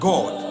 God